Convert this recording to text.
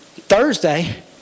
Thursday